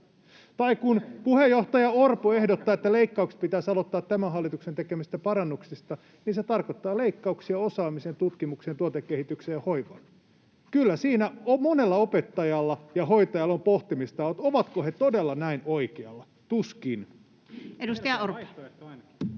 Tai kun puheenjohtaja Orpo ehdottaa, että leikkaukset pitäisi aloittaa tämän hallituksen tekemistä parannuksista, niin se tarkoittaa leikkauksia osaamiseen, tutkimukseen, tuotekehitykseen ja hoivaan. Kyllä siinä monella opettajalla ja hoitajalla on pohtimista, että ovatko he todella näin oikealla — tuskin. [Speech 106]